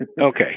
Okay